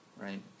right